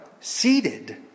seated